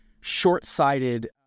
short-sighted